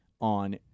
on